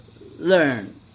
learn